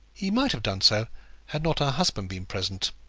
he might have done so had not her husband been present,